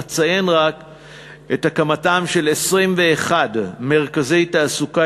אציין רק את הקמתם של 21 מרכזי תעסוקה